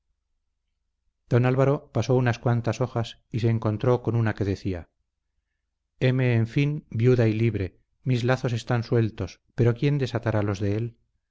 don álvaro pasó unas cuántas hojas y se encontró con una que decía heme en fin viuda y libre mis lazos están sueltos pero quién desatará los de él